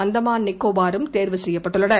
அந்தமான் நிகோபாரும் தேர்வு செய்யப்பட்டுள்ளன